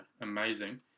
amazing